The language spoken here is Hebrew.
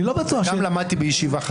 אני לא בטוח --- וגם למדתי בישיבה.